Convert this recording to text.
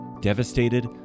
devastated